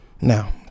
Now